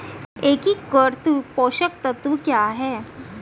एकीकृत पोषक तत्व क्या है?